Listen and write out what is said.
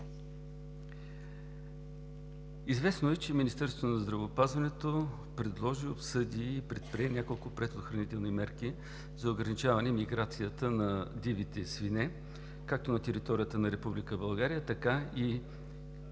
Известно е, че Министерството на здравеопазването предложи, обсъди и предприе няколко предохранителни мерки за ограничаване на миграцията на дивите свине както на територията на Република България, така и